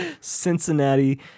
Cincinnati